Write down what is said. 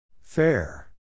Fair